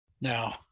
now